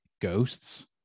ghosts